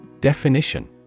Definition